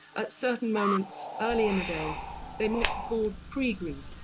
at certain moments early in the day they might be called pre-green,